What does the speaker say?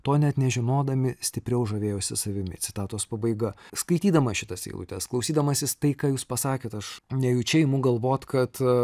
to net nežinodami stipriau žavėjosi savimi citatos pabaiga skaitydamas šitas eilutes klausydamasis tai ką jūs pasakėt aš nejučia imu galvot kad